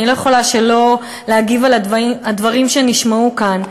אני לא יכולה שלא להגיב על הדברים שנשמעו כאן.